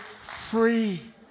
free